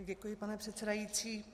Děkuji, pane předsedající.